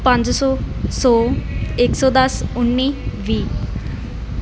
ਪੰਜ ਸੌ ਸੌ ਇੱਕ ਸੌ ਦਸ ਉੱਨੀ ਵੀਹ